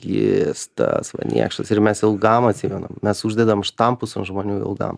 jis tas niekšas ir mes ilgam atsimenam mes uždedam štampus ant žmonių ilgam